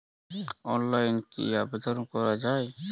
অনলাইনে কি আবেদন করা য়ায়?